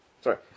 sorry